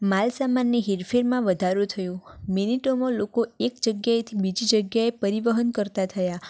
માલ સામાનની હેરફેરમાં વધારો થયો મીનીટોમાં લોકો એક જગ્યાએથી બીજી જગ્યાએ પરિવહન કરતા થયા